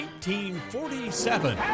1947